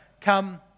come